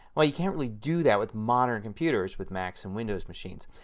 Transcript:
well you can't really do that with modern computers with macs and windows' machines.